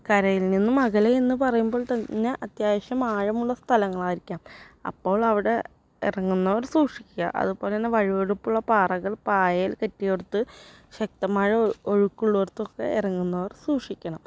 കരയിൽ നിന്നും അകലെ എന്ന് പറയുമ്പോൾ തന്നെ അത്യാവശ്യം ആഴമുള്ള സ്ഥലങ്ങളായിരിക്കാം അപ്പോൽ അവിടെ ഇറങ്ങുന്നവർ സൂക്ഷിക്കുക അതുപോലെ തന്നെ വഴുവഴുപ്പുള്ള പാറകൾ പായൽ കെട്ടിയ ഇടത്ത് ശക്തമായ ഒഴുക്കുള്ള അടുത്തൊക്കെ ഇറങ്ങുന്നവർ സൂക്ഷിക്കണം